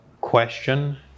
question